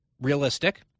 realistic